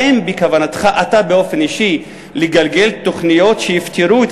האם בכוונתך באופן אישי לגלגל תוכניות שיפתרו את